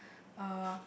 uh